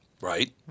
right